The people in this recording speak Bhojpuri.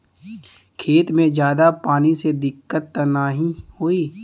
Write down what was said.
खेत में ज्यादा पानी से दिक्कत त नाही होई?